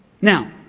Now